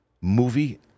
movie